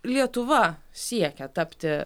lietuva siekia tapti